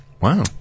Wow